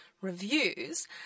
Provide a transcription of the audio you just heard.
reviews